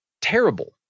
Terrible